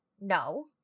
No